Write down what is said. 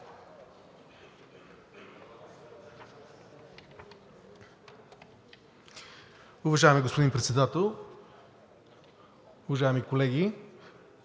уважаеми господин Председател. Уважаеми колеги